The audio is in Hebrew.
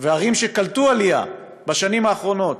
וערים שקלטו עלייה בשנים האחרונות,